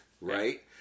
right